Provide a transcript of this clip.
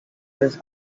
does